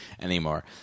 anymore